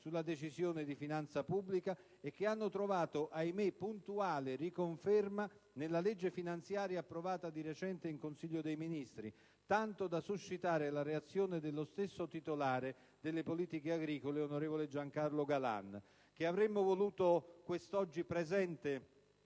sulla Decisione di finanza pubblica, e che hanno trovato, ahimè, puntuale riconferma nella legge finanziaria approvata di recente in Consiglio dei ministri, tanto da suscitare la reazione dello stesso titolare delle Politiche agricole, onorevole Giancarlo Galan, che avremmo voluto quest'oggi presente